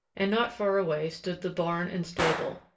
and not far away stood the barn and stable,